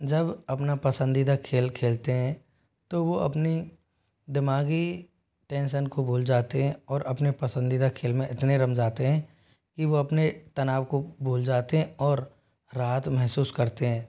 जब अपना पसंदीदा खेल खेलते हैं तो वह अपनी दिमागी टेंशन को भूल जाते हैं और अपने पसंदीदा खेल में इतने रम जाते हैं कि वह अपने तनाव को भूल जाते हैं और राहत महसूस करते हैं